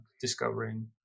discovering